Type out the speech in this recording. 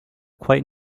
quite